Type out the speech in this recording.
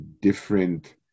different